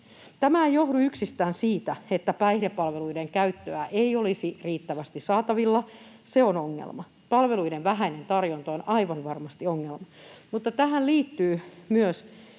Tämä ei johdu yksistään siitä, että päihdepalveluiden käyttöä ei olisi riittävästi saatavilla. Se on ongelma. Palveluiden vähäinen tarjonta on aivan varmasti ongelma. Mutta tähän liittyy myös